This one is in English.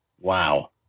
Wow